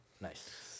Nice